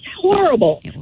horrible